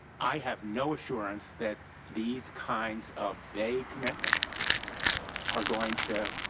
i have no assurance that these kinds of vague commitments are going to